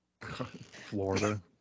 Florida